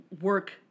work